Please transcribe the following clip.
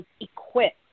equipped